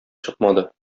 чыкмады